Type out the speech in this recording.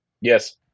Yes